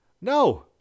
No